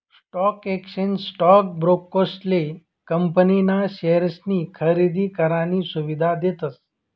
stock exchange stock ब्रोकरेसले company ना शेअर्सनी खरेदी करानी सुविधा देतस